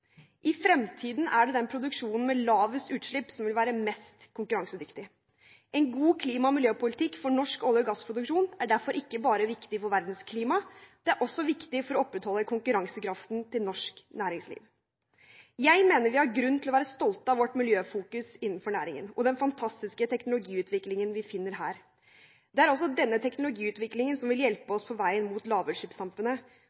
I fremtiden er det den produksjonen med lavest utslipp som vil være mest konkurransedyktig. En god klima- og miljøpolitikk for norsk olje- og gassproduksjon er derfor ikke bare viktig for verdens klima; det er også viktig for å opprettholde konkurransekraften til norsk næringsliv. Jeg mener vi har grunn til å være stolte av vår miljøfokusering innenfor næringen og av den fantastiske teknologiutviklingen vi finner her. Det er også denne teknologiutviklingen som vil hjelpe